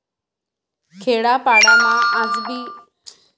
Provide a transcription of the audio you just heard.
खेडापाडामा आजबी शेण पायीन गव या बनाडतस